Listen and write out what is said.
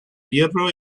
hierro